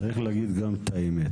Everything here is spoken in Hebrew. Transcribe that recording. צריך גם לומר את האמת.